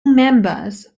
members